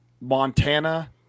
Montana